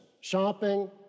shopping